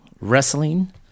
wrestling